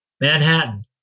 Manhattan